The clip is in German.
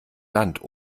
land